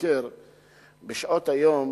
תבקר גם בשעות היום